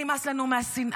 נמאס לנו מהשנאה,